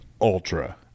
Ultra